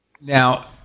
Now